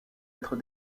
être